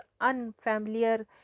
unfamiliar